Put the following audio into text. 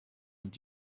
het